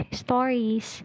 stories